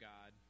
God